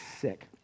sick